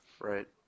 right